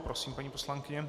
Prosím, paní poslankyně.